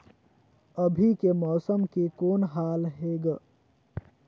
अभी के मौसम के कौन हाल हे ग?